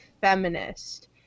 feminist